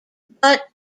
but